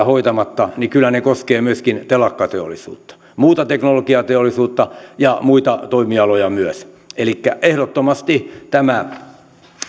hoitamatta kyllä koskevat myöskin telakkateollisuutta muuta teknologiateollisuutta ja muita toimialoja myös elikkä ehdottomasti tämä